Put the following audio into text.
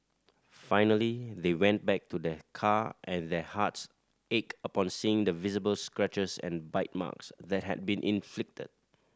finally they went back to their car and their hearts ached upon seeing the visible scratches and bite marks that had been inflicted